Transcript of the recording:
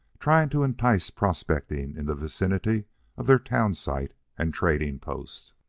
trying to entice prospecting in the vicinity of their town site and trading post.